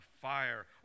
fire